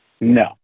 No